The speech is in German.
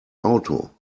auto